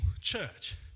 church